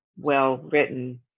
well-written